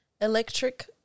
Electric